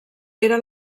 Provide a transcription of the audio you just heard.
era